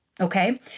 Okay